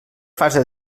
fase